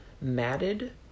matted